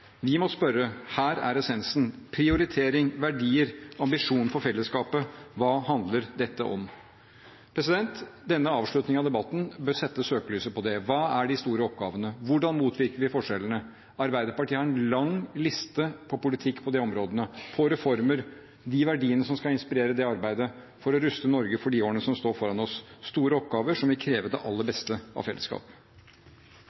vi må spørre – her er essensen: prioritering, verdier, ambisjon for fellesskapet – hva handler dette om? Denne avslutningen av debatten bør sette søkelyset på det. Hva er de store oppgavene? Hvordan motvirker vi forskjellene? Arbeiderpartiet har en lang liste over politikk på de områdene og reformer, de verdiene som skal inspirere arbeidet for å ruste Norge for de årene som står foran oss – store oppgaver som vil kreve det aller